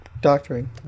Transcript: doctoring